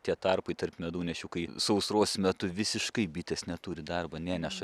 tie tarpai tarp medunešių kai sausros metu visiškai bitės neturi darbo neneša